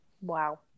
Wow